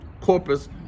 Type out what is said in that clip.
corpus